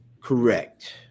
correct